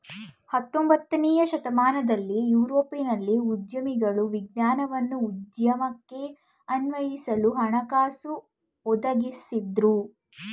ಹತೊಂಬತ್ತನೇ ಶತಮಾನದಲ್ಲಿ ಯುರೋಪ್ನಲ್ಲಿ ಉದ್ಯಮಿಗಳ ವಿಜ್ಞಾನವನ್ನ ಉದ್ಯಮಕ್ಕೆ ಅನ್ವಯಿಸಲು ಹಣಕಾಸು ಒದಗಿಸಿದ್ದ್ರು